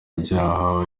byaha